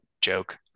joke